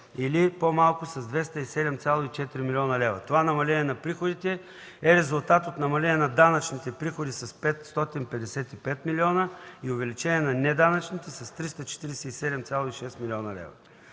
или по-малко с 207,4 млн. лв. Това намаление на приходите е резултат от намаление на данъчните приходи с 555,0 млн. лв. и увеличение на неданъчните приходи с 347,6 млн. лв.